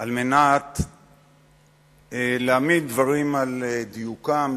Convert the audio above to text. כדי להעמיד דברים על דיוקם,